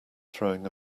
throwing